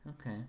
Okay